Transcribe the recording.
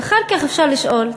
ואחר כך אפשר לשאול,